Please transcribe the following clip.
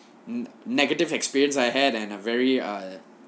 negative experience I had and a very uh